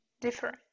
different